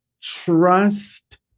Trust